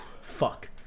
fuck